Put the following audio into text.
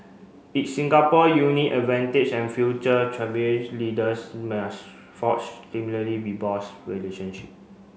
its Singapore unique advantage and future leaders must forge similarly robust relationship